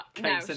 no